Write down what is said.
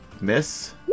Miss